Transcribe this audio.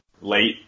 late